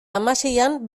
hamaseian